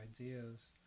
ideas